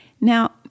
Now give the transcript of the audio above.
Now